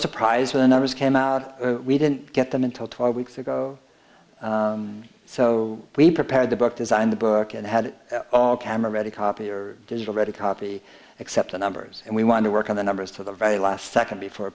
surprised by the numbers came out we didn't get them until twelve weeks ago so we prepared the book design the book and had all camera ready copy or digital read a copy except the numbers and we wanted to work on the numbers to the very last second before